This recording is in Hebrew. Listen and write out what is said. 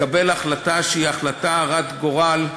לקבל החלטה שהיא החלטה הרת גורל,